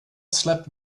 slept